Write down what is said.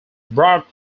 brought